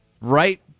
Right